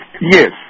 yes